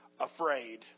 afraid